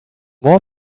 more